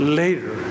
later